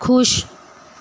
ਖੁਸ਼